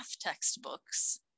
textbooks